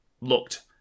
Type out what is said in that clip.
looked